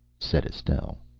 said estelle.